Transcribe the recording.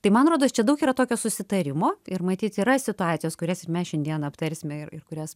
tai man rodos čia daug yra tokio susitarimo ir matyt yra situacijos kurias ir mes šiandien aptarsime ir ir kurias